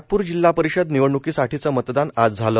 नागपूर जिल्हा परिषद निवडणुकीसाठीचं मतदान आज झालं